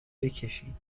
بکشید